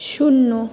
শূন্য